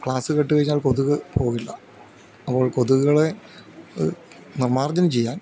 class കേട്ടു കഴിഞ്ഞാൽ കൊതുക് പോകില്ല അപ്പോൾ കൊതുകുകളെ നിർമാർജനം ചെയ്യാൻ